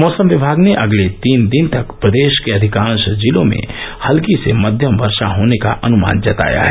मौसम विमाग ने अगले तीन दिन तक प्रदेश के अधिकांश जिलों में हल्की से मध्यम वर्षा होने का अनुमान जताया है